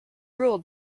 ruled